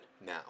now